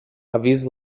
avís